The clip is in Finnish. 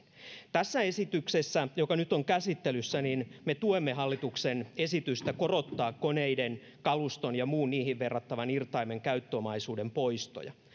tässä esityksessä joka nyt on käsittelyssä me tuemme hallituksen esitystä korottaa koneiden kaluston ja muun niihin verrattavan irtaimen käyttöomaisuuden poistoja